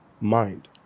mind